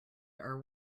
are